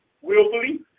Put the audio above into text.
willfully